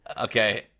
Okay